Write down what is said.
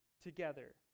together